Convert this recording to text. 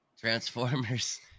Transformers